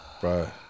bro